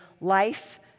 life